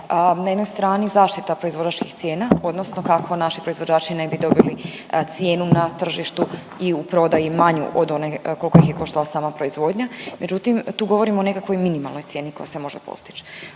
Mene strani zaštita proizvođačkih cijena odnosno kako naši proizvođači ne bi dobili cijenu na tržištu i u prodaji manju od one koliko ih je koštala sama proizvodnja. Međutim, tu govorimo o nekakvoj minimalnoj cijeni koja se može postići.